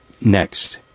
next